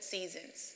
Seasons